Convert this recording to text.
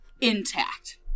intact